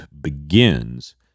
begins